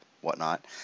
whatnot